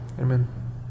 Amen